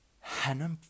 Hannah